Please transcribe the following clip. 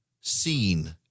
seen